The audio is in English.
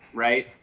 right?